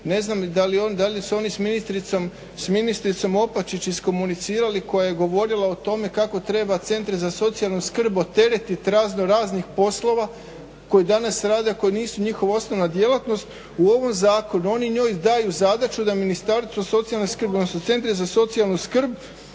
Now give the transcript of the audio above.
ne znam da li su oni s ministricom Opačić iskomunicirali koja je govorila o tome kako treba centre za socijalnu skrb oteretiti razno raznih poslova koji danas rade a koja nisu osnovna djelatnost. U ovom zakonu oni njoj daju zadaću da ministarstvo socijalne skrbi odnosno centri za socijalnu skrb